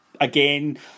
again